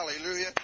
Hallelujah